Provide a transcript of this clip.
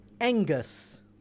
Angus